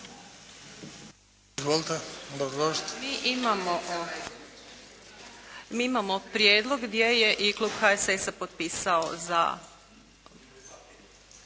Mi imamo prijedlog gdje je i klub HSS-a potpisao.